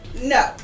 No